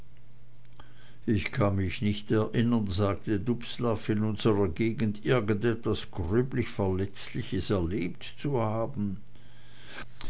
ich kann mich nicht erinnern sagte dubslav in unserer gegend irgendwas gröblich verletzliches erlebt zu haben